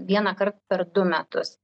vienąkart per du metus